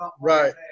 Right